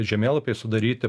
žemėlapiai sudaryti